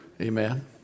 Amen